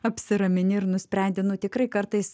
apsiramini ir nusprendi nu tikrai kartais